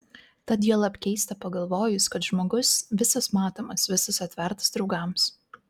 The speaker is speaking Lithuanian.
tad juolab keista pagalvojus kad žmogus visas matomas visas atvertas draugams